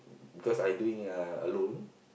because I doing uh alone